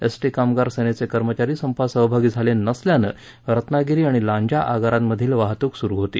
ST कामगार सेनेचे कर्मचारी संपात सहभागी झाले नसल्यानं रत्नागिरी आणि लांजा आगारांमधली वाहतूक सुरू होती